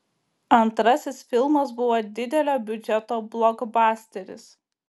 antrasis filmas buvo didelio biudžeto blokbasteris